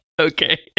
Okay